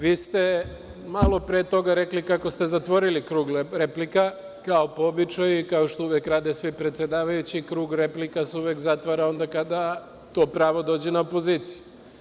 Vi ste malo pre toga rekli kako ste zatvorili krug replika, kao po običaju, i kao što uvek rade svi predsedavajući krug replika se uvek zatvara onda kada to pravo dođe na opoziciju.